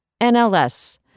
NLS